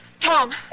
Tom